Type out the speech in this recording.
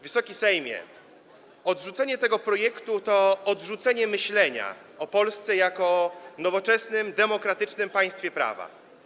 Wysoki Sejmie, odrzucenie tego projektu to odrzucenie myślenia o Polsce jako nowoczesnym, demokratycznym państwie prawa.